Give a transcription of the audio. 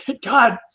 God